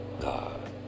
God